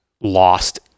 lost